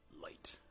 Light